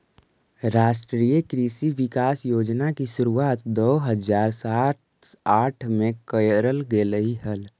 राष्ट्रीय कृषि विकास योजना की शुरुआत दो हज़ार सात आठ में करल गेलइ हल